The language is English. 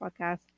Podcast